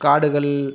காடுகள்